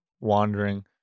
wandering